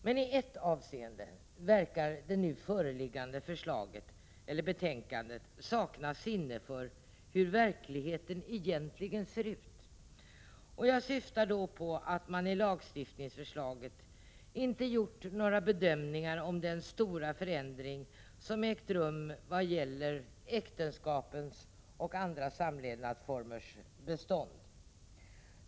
Men i ett avseende verkar det nu föreliggande betänkandet sakna sinne för hur verkligheten egentligen ser ut. Jag syftar då på att man i lagstiftningsförslaget inte gjort några bedömningar om den stora förändring som ägt rum vad gäller äktenskapens och andra samlevnadsformers bestånd.